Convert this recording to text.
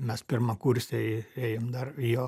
mes pirmakursiai ėjom dar į jo